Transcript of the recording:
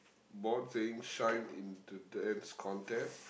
board saying shine into Dance Contest